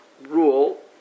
rule